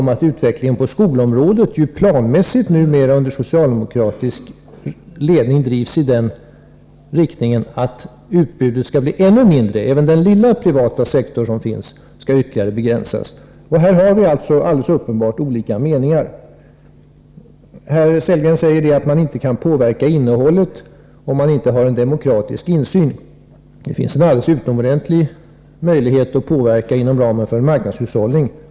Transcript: Även utvecklingen på skolområdet drivs numera planmässigt under socialdemokratisk ledning i den riktningen att utbudet skall bli ännu mindre. Även den lilla privata sektor som finns skall ytterligare begränsas. Här har vi alldeles uppenbart olika meningar. Herr Sundgren framhåller att man inte kan påverka innehållet i en verksamhet, om man inte har en demokratisk insyn. Det finns dock en alldeles utomordentlig möjlighet till påverkan inom ramen för en marknadshushållning.